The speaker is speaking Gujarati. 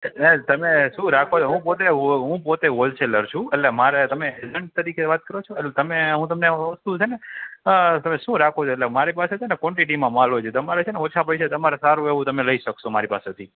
ને તમે શું રાખો છો હું પોતે પોતે હૉલ સેલર છું એટલે મારે તમે એજેન્ટ તરીકે વાત કરો છો એટલે તમે હું તમે વસ્તુ છે શું રાખો છો મારી પાસે કોનટેટીમાં માલ હોય છે તમારે છેને ઓછા પૈશા તમારે સારું એવું તમે લઈ સકસો મારી પાસેથી